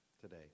today